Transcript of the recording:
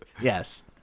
yes